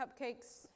cupcakes